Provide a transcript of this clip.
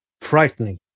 frightening